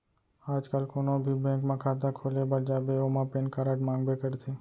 आज काल कोनों भी बेंक म खाता खोले बर जाबे ओमा पेन कारड मांगबे करथे